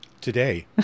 Today